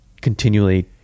continually